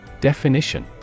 Definition